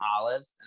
olives